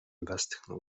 westchnął